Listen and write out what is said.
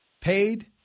paid